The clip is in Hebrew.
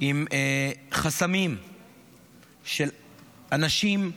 עם חסמים של אנשים,